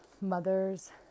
mothers